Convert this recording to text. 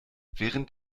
während